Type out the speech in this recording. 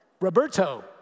Roberto